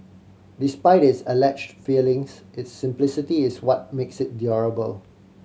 despite its allege failings its simplicity is what makes it durable